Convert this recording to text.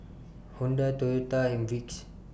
Honda Toyota and Vicks